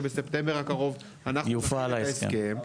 שבספטמבר הקרוב --- יופעל ההסכם,